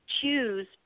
choose